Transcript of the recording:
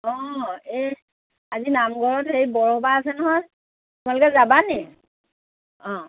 অঁ এই আজি নামঘৰত এই বৰসবাহ আছে নহয় তোমালোকে যাবা নি